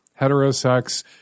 heterosex